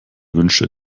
wünsche